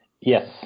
Yes